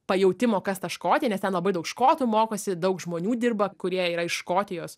pajautimo kas ta škotija nes ten labai daug škotų mokosi daug žmonių dirba kurie yra iš škotijos